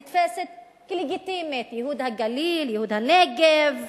שנתפסת כלגיטימית: "ייהוד הגליל", "ייהוד הנגב",